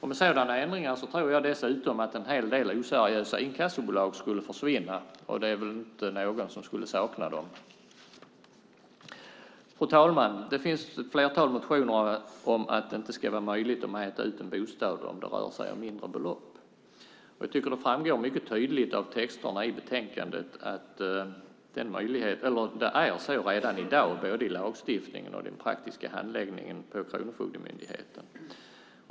Med sådana ändringar tror jag dessutom att en hel del oseriösa inkassobolag skulle försvinna, och det är väl ingen som skulle sakna dem. Fru talman! Det finns ett flertal motioner om att det inte ska vara möjligt att mäta ut en bostad om det rör sig om mindre belopp. Jag tycker att det framgår mycket tydligt av texterna i betänkandet att det redan i dag är så både i lagstiftningen och i den praktiska handläggningen på Kronofogdemyndigheten.